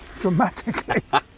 dramatically